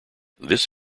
this